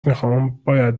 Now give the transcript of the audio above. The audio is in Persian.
میخواهم، باید